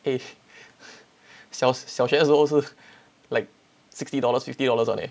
if 小小学的时候是 like sixty dollars fifty dollars one eh